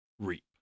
reap